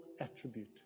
attribute